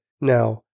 Now